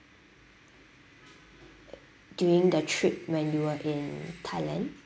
during the trip when you were in thailand